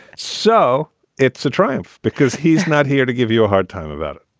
so it's a triumph because he's not here to give you a hard time about it